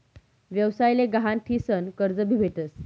व्यवसाय ले गहाण ठीसन कर्ज भी भेटस